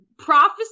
prophecy